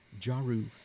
Jaru